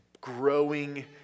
growing